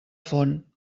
font